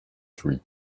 tree